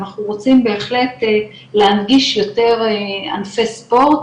אנחנו רוצים בהחלט להנגיש יותר ענפי ספורט